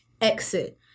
exit